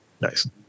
Nice